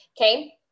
Okay